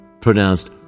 pronounced